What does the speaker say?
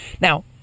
Now